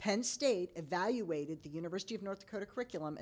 penn state evaluated the university of north dakota curriculum and